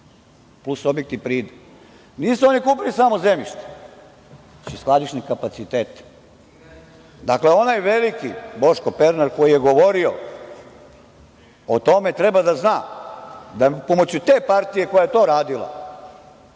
plus objekti pride. Nisu oni kupili samo zemljište, već i skladišne kapacitete. Dakle, onaj veliki Boško Pernar, koji je govorio o tome, treba da zna da pomoću te partije koja je to radila,